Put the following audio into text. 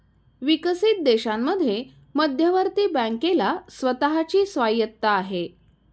विकसित देशांमध्ये मध्यवर्ती बँकेला स्वतः ची स्वायत्तता आहे